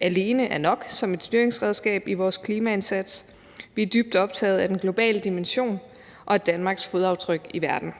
alene er nok som et styringsredskab i vores klimaindsats. Vi er dybt optaget af den globale dimension og af Danmarks fodaftryk i verden.